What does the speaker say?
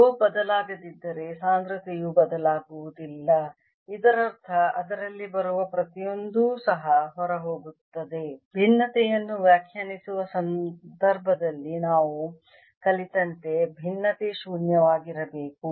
rho ಬದಲಾಗದಿದ್ದರೆ ಸಾಂದ್ರತೆಯು ಬದಲಾಗುವುದಿಲ್ಲ ಇದರರ್ಥ ಅದರಲ್ಲಿ ಬರುವ ಪ್ರತಿಯೊಂದೂ ಸಹ ಹೊರಹೋಗುತ್ತದೆ ಭಿನ್ನತೆಯನ್ನು ವ್ಯಾಖ್ಯಾನಿಸುವ ಸಂದರ್ಭದಲ್ಲಿ ನಾವು ಕಲಿತಂತೆ ಭಿನ್ನತೆ ಶೂನ್ಯವಾಗಿರಬೇಕು